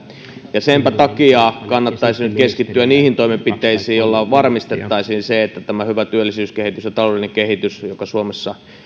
senpä takia kannattaisi nyt keskittyä niihin toimenpiteisiin joilla varmistettaisiin se että tämä hyvä työllisyys ja taloudellinen kehitys joka suomessa